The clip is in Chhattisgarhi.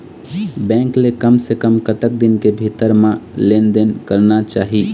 बैंक ले कम से कम कतक दिन के भीतर मा लेन देन करना चाही?